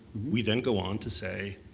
we then go on to say,